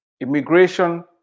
immigration